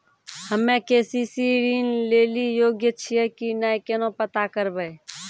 हम्मे के.सी.सी ऋण लेली योग्य छियै की नैय केना पता करबै?